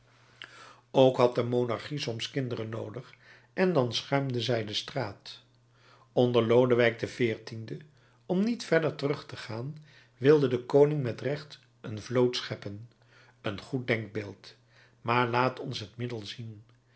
ook had de monarchie soms kinderen noodig en dan schuimde zij de straat onder lodewijk xiv om niet verder terug te gaan wilde de koning met recht een vloot scheppen een goed denkbeeld maar laat ons het middel zien